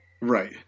Right